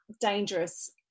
dangerous